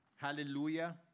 Hallelujah